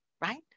right